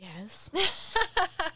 Yes